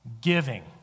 Giving